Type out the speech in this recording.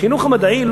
החינוך המדעי,